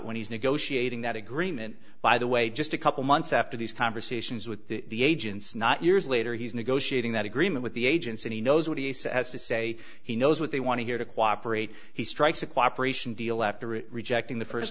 when he's negotiating that agreement by the way just a couple months after these conversations with the agents not years later he's negotiating that agreement with the agents and he knows what he says to say he knows what they want to hear to cooperate he strikes a cooperation deal after rejecting the first